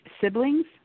siblings